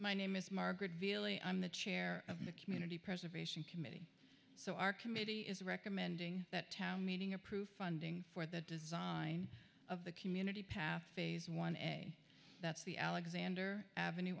my name is margaret vili i'm the chair of the community preservation committee so our committee is recommending that town meeting a proof funding for the design of the community path phase one and that's the alexander avenue